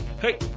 hey